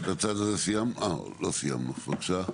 בבקשה,